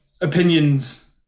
opinions